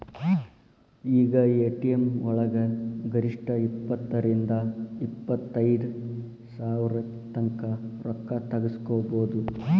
ಈಗ ಎ.ಟಿ.ಎಂ ವಳಗ ಗರಿಷ್ಠ ಇಪ್ಪತ್ತರಿಂದಾ ಇಪ್ಪತೈದ್ ಸಾವ್ರತಂಕಾ ರೊಕ್ಕಾ ತಗ್ಸ್ಕೊಬೊದು